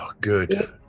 good